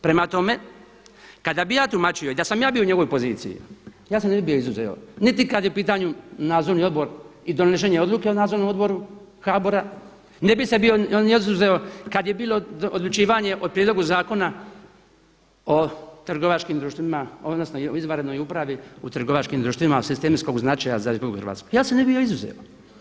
Prema tome, kada bi ja tumačio i da sam ja bio u njegovoj poziciji, ja se ne bi bio izuzeo, niti kada je u pitanju nadzorni odbor i donošenje odluke o Nadzornom odboru HBOR-a, ne bi se bio izuzeo kad je bilo odlučivanje o Prijedlogu zakona o trgovačkim društvima odnosno o izvanrednoj upravi u trgovačkim društvima od sistemskog značaja za RH, ja se ne bi izuzeo.